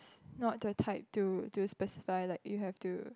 not the type to to specify like you have to